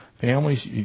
families